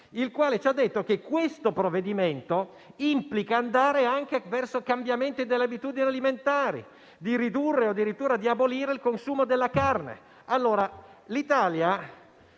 il quale ci ha detto che il provvedimento in esame implica anche andare verso cambiamenti delle abitudini alimentari, di ridurre o addirittura di abolire il consumo di carne. L'Italia